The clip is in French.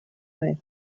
mer